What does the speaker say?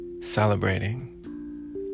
celebrating